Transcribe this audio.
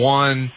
one